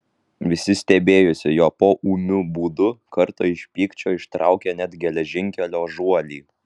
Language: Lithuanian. visi stebėjosi jo poūmiu būdu kartą iš pykčio ištraukė net geležinkelio žuolį